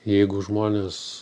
jeigu žmonės